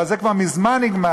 אבל זה כבר מזמן נגמר.